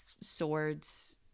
swords